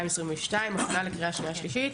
התשפ"ב-2022, הכנה לקריאה שנייה ולקריאה שלישית.